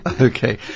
Okay